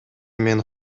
мен